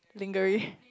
lingering